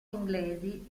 inglesi